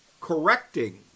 correcting